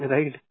Right